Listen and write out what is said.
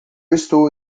estou